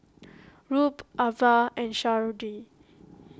Rube Avah and Sharde